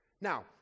Now